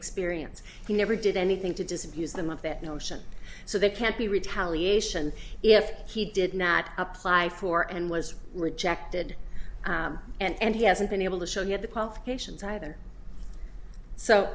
experience he never did anything to disabuse them of that notion so they can't be retaliation if he did not apply for and was rejected and he hasn't been able to show you have the qualifications either so